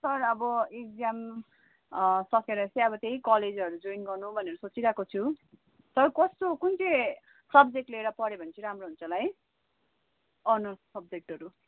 sir अब exam सकेर चाहिँ अब त्यही कलेजहरू जोइन गर्नु भनेर सोचिरहेको छु सर कस्तो कुन चाहिँ सब्जेक्ट लिएर पढ्यो भने चाहिँ राम्रो हुन्छ होला है अनर्स सब्जेक्टहरू